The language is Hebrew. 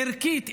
ערכית,